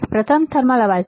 પ્રથમ અવાજ થર્મલ અવાજ છે